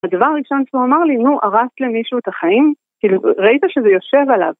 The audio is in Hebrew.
הדבר הראשון שהוא אמר לי, נו, הרסת למישהו את החיים? כאילו, ראית שזה יושב עליו.